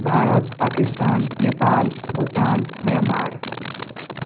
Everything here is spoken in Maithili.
भारत पाकिस्तान नेपाल भूटान म्यान्मार